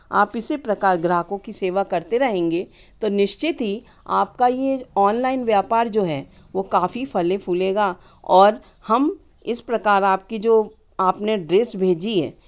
आप इसी प्रकार ग्राहकों की सेवा करते रहेंगे तो निश्चित ही आपका ये ऑनलाइन व्यापार जो है वो काफ़ी फले फूलेगा और हम इस प्रकार आपकी जो आपने ड्रेस भेजी है